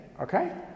okay